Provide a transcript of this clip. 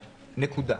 נקודה.